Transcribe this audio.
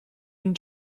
and